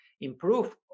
improve